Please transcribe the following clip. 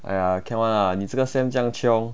!aiya! can [one] lah 你这个 sem~ 这样 chiong